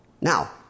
Now